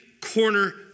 corner